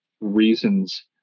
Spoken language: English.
reasons